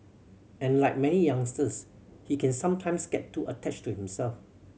and like many youngsters he can sometimes get too attached to himself